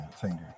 Finger